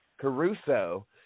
Caruso